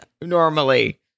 normally